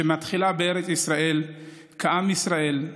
שמתחילה בארץ ישראל כעם ישראל,